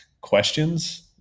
questions